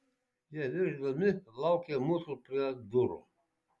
jie niršdami laukė mūsų prie durų